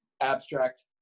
abstract